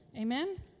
Amen